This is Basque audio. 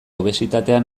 obesitatea